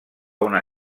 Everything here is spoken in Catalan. una